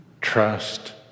trust